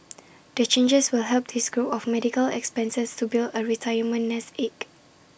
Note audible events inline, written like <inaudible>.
<noise> the changes will help this group of medical expenses to build A retirement nest egg